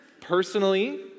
personally